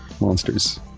monsters